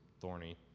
thorny